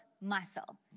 muscle